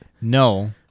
No